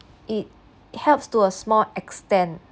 it helps to a small extent